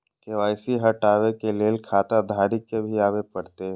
KYC हटाबै के लैल खाता धारी के भी आबे परतै?